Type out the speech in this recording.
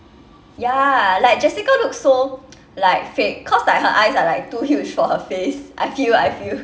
ya like jessica looks so like fake cause like her eyes are like too huge for her face I feel I feel